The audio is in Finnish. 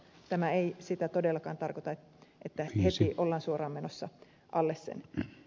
tämä ei sitä todellakaan tarkoita että heti ollaan suoraan menossa alle sen